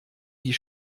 die